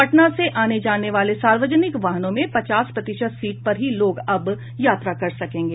पटना से आने जाने वाले सार्वजनिक वाहनों में पचास प्रतिशत सीट पर ही लोग अब यात्रा कर सकेंगे